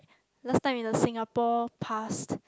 last time in the Singapore past